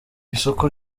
isoko